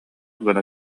гына